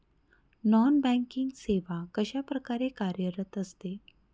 Non banking सेवा कशाप्रकारे कार्यरत असते?